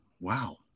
wow